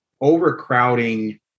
overcrowding